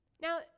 Now